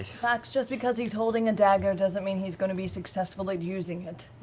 ah just because he's holding a dagger doesn't mean he's going to be successful at using it.